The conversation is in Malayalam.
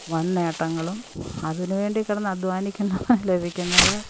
വൻ നേട്ടങ്ങളും അതിന് വേണ്ടി കിടന്ന് അധ്വാനിക്കുന്നവന് ലഭിക്കുന്നത്